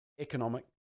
economic